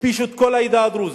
הכפישו את כל העדה הדרוזית,